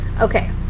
okay